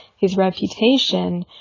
his reputation,